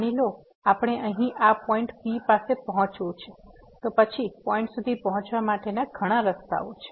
માની લો કે આપણે અહીં આ પોઇન્ટ P પાસે પહોંચવું છે તો પછી આ પોઇન્ટ સુધી પહોંચવા માટેના ઘણા રસ્તાઓ છે